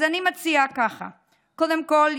אז אני מציעה ככה: קודם כול,